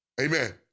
Amen